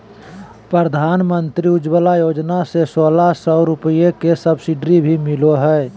प्रधानमंत्री उज्ज्वला योजना से सोलह सौ रुपया के सब्सिडी भी मिलो हय